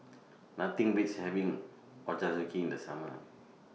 Nothing Beats having Ochazuke in The Summer